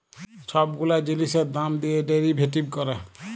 ছব গুলা জিলিসের দাম দিঁয়ে ডেরিভেটিভ ক্যরে